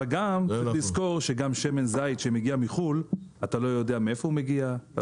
אבל צריך לזכור שגם שמן זית שמגיע מחו"ל אתה לא יודע מאיפה הוא מגיע,